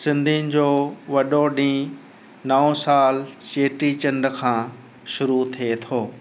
सिंधियुनि जो वॾो ॾींह नओं सालु चेटीचंड खां शुरू थिए थो